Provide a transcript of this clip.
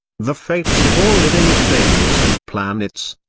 the fates of all living things planets,